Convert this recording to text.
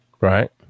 Right